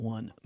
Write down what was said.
One